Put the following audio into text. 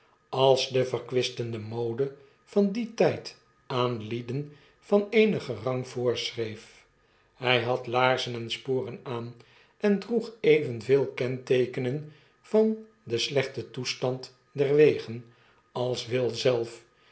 als de verkwistende mode van dien tyd aan lieden van eenigen rang voorschreef hy had laarzen en sporen aan en droeg evenveel kenteekenen van den slechten toestand der wegen als will zelf